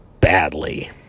badly